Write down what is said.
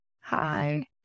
hi